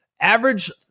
Average